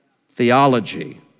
theology